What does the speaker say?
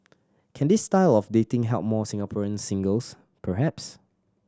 can this style of dating help more Singaporean singles perhaps